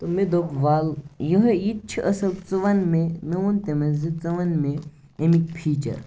تہٕ مےٚ دوٚپ وَلہٕ یِہٲے یہِ تہِ چھِ اصٕل ژٕ وَن مےٚ مےٚ ووٚن تٔمِس زِ ژٕ وَن مےٚ اَمِکۍ فیٖچَر